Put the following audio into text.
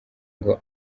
ngo